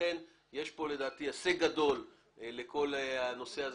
לכן יש פה לדעתי הישג גדול לכל הנושא הזה